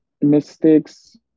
mistakes